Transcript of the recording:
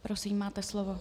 Prosím, máte slovo.